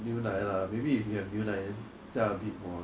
牛奶 lah maybe if you have 牛奶 then 加 a bit more